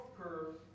curve